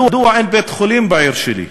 מדוע אין בית-חולים בעיר שלי?